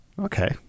Okay